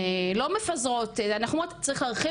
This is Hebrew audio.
לא מפזרות אלא אנחנו אומרות שצריך להרחיב